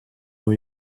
new